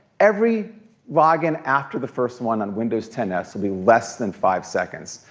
every login after the first one on windows ten s will be less than five seconds.